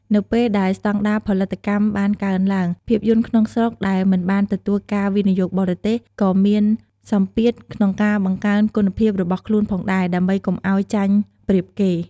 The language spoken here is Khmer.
នៅពេលដែលស្តង់ដារផលិតកម្មបានកើនឡើង ភាពយន្តក្នុងស្រុកដែលមិនបានទទួលការវិនិយោគបរទេស ក៏មានសម្ពាធក្នុងការបង្កើនគុណភាពរបស់ខ្លួនផងដែរ ដើម្បីកុំឱ្យចាញ់ប្រៀបគេ។